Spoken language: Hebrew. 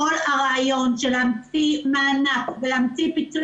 כל הרעיון של להמציא מענק ולהמציא פיצוי